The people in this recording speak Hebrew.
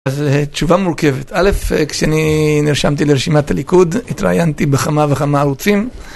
אז תשובה מורכבת, א', כשאני נרשמתי לרשימת הליכוד התראיינתי בכמה וכמה ערוצים